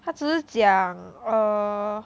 他只是讲 err